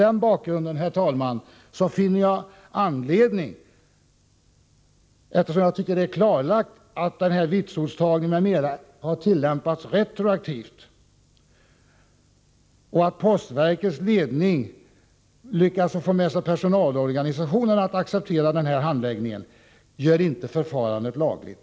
Men det är detta som har skett. Det är klarlagt att tillämpning av här aktuella regler har skett retroaktivt och att postverkets ledning har lyckats få personalorganisationerna att acceptera denna handläggning. Detta förfarande är inte lagligt.